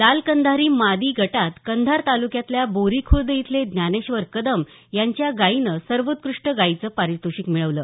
लाल कंधारी मादी गटात कंधार तालुक्यातल्या बोरी खुर्द इथले ज्ञानेश्वर कदम यांच्या गाईनं सर्वोत्कृष्ट गाईचं पारितोषिक मिळवलं